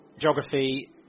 geography